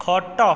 ଖଟ